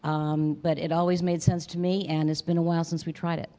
but it always made sense to me and it's been a while since we tried